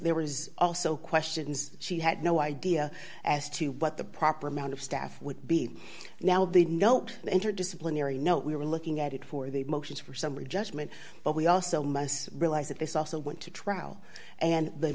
there were also questions she had no idea as to what the proper amount of staff would be now the note interdisciplinary note we were looking at it for the motions for summary judgment but we also must realize that this also went to trial and the